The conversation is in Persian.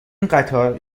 قطار